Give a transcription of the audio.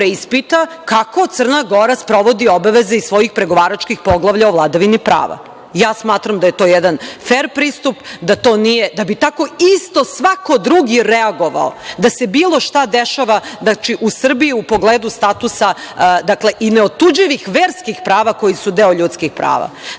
kako Crna Gora sprovodi obaveze iz svojih pregovaračkih poglavlja o vladavini prava. Smatram da je to jedan fer pristup, da bi tako isto svako drugi reagovao da se bilo šta dešava u Srbiji u pogledu statusa, dakle, i neotuđivih verskih prava koji su deo ljudskih prava. Znači,